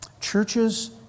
Churches